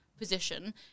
position